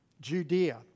Judea